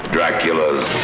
Dracula's